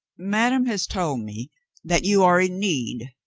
madame has told me that you are in need.